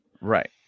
Right